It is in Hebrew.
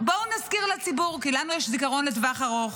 בואו נזכיר לציבור, כי לנו יש זיכרון לטווח ארוך.